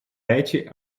речі